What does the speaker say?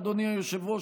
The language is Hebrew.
אדוני היושב-ראש,